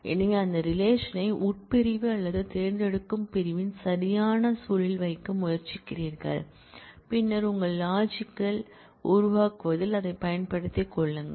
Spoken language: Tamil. எனவே அந்த ரிலேஷன் ஐ உட்பிரிவு அல்லது தேர்ந்தெடுக்கும் பிரிவின் சரியான சூழலில் வைக்க முயற்சிக்கிறீர்கள் பின்னர் உங்கள் லாஜிக்கல் உருவாக்குவதில் அதைப் பயன்படுத்திக் கொள்ளுங்கள்